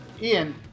Ian